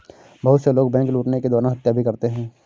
बहुत से लोग बैंक लूटने के दौरान हत्या भी करते हैं